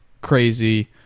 crazy